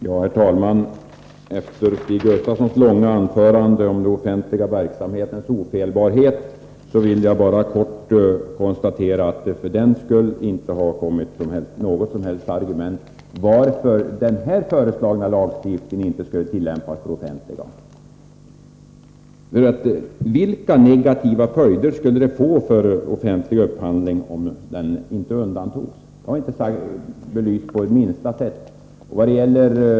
Herr talman! Efter Stig Gustafssons långa anförande om den offentliga sektorns ofelbarhet vill jag bara kort konstatera att det för den skull inte har kommit något som helst argument för att den här föreslagna lagstiftningen inte skulle tillämpas på det offentliga området. Vilka negativa följder skulle det få för offentlig upphandling om den inte undantogs? Det har inte belysts på minsta sätt.